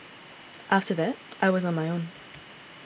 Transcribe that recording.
after that I was on my own